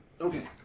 Okay